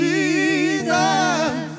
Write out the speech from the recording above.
Jesus